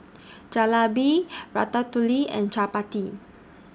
Jalebi Ratatouille and Chapati